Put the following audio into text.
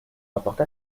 rapporte